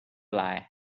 lie